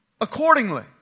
accordingly